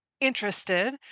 interested